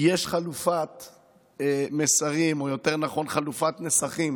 יש חלופת מסרים, או יותר נכון חלופת נוסחים,